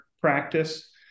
practice